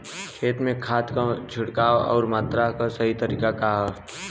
खेत में खाद क छिड़काव अउर मात्रा क सही तरीका का ह?